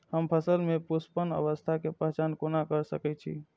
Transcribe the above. हम फसल में पुष्पन अवस्था के पहचान कोना कर सके छी?